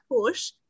push